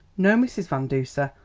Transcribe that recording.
no, mrs. van duser,